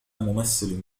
ممثل